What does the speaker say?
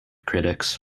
critics